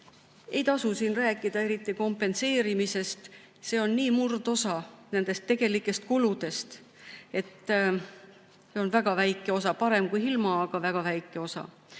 Ei tasu rääkida eriti kompenseerimisest, see on murdosa tegelikest kuludest. See on väga väike osa, parem kui hoopis ilma, aga väga väike osa.